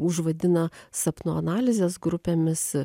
užvadina sapnų analizės grupėmis